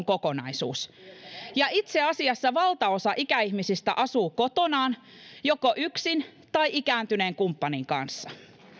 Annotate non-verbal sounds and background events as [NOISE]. [UNINTELLIGIBLE] kokonaisuus ja itse asiassa valtaosa ikäihmisistä asuu kotonaan joko yksin tai ikääntyneen kumppaninsa kanssa